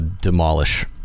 Demolish